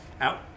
out